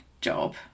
job